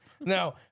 No